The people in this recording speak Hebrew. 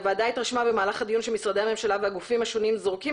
הוועדה התרשמה במהלך הדיון שמשרדי הממשלה והגופים השונים זורקים